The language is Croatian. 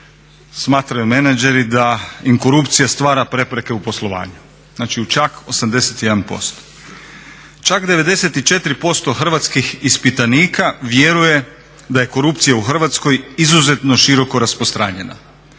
smatraju menadžeri da im korupcija stvara prepreke u poslovanju, znači u čak 81%, čak 94% hrvatskih ispitanika vjeruje da je korupcija u Hrvatskoj izuzetno široko rasprostranjena.